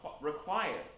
required